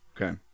Okay